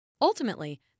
Ultimately